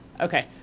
Okay